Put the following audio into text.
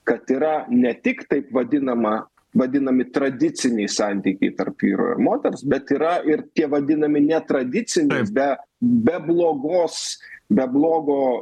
kad yra ne tik taip vadinama vadinami tradiciniai santykiai tarp vyro ir moters bet yra ir tie vadinami netradiciniais be be blogos be blogo